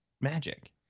magic